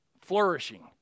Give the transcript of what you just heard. flourishing